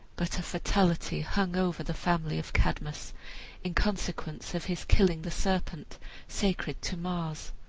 but a fatality hung over the family of cadmus in consequence of his killing the serpent sacred to mars.